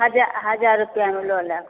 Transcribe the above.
हजार हजार रुपैआमे लऽ लेब